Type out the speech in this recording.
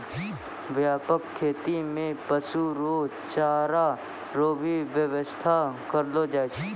व्यापक खेती मे पशु रो चारा रो भी व्याबस्था करलो जाय छै